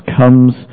comes